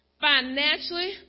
financially